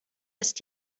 ist